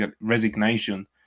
resignation